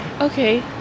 Okay